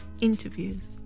interviews